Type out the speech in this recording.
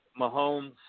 Mahomes